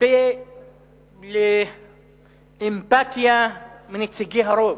אצפה לאמפתיה מנציגי הרוב,